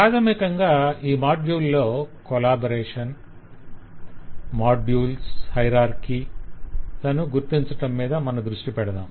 ప్రాధమికంగా ఈ మాడ్యుల్ లో కొలాబరేషన్ మాడ్యుల్స్ హయరార్కి లను గుర్తించటం మీద మన దృష్టి పెడదాం